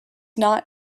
not